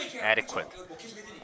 adequate